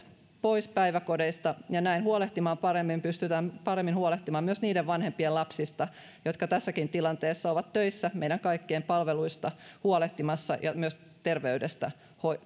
pois päiväkodeista ja näin pystytään paremmin huolehtimaan myös niiden vanhempien jotka tässäkin tilanteessa ovat töissä meidän kaikkien palveluista huolehtimassa ja myös terveyttä